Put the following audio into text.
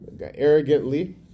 Arrogantly